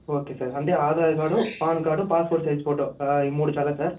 okay sir అంటే Aadhaar card PAN card passport size photo ఈ మూడు చాలా సార్